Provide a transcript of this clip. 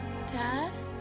Dad